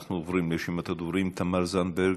אנחנו עוברים לרשימת הדוברים: תמר זנדברג,